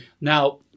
Now